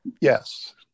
Yes